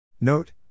Note